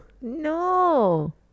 No